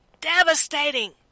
devastating